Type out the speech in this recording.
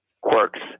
quirks